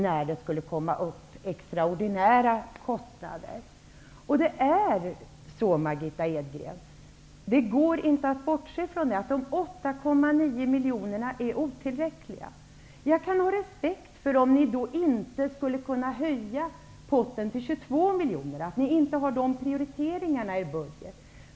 När det uppstod extraordinära kostnader omfördelades pengarna. Det går inte att bortse från att de 8,9 miljoner kronorna är otillräckliga. Jag kan ha respekt för att ni inte har prioriterat i budgeten för en höjning till 22 miljoner kronor.